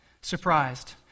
Surprised